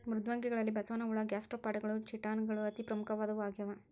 ಮೃದ್ವಂಗಿಗಳಲ್ಲಿ ಬಸವನಹುಳ ಗ್ಯಾಸ್ಟ್ರೋಪಾಡಗಳು ಚಿಟಾನ್ ಗಳು ಅತಿ ಪ್ರಮುಖವಾದವು ಆಗ್ಯಾವ